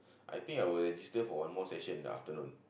I think I will register for one more session after then